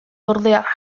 ordea